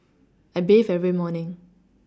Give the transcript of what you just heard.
I bathe every morning